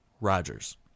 Rogers